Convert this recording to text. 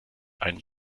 einen